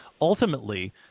ultimately